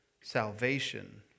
Salvation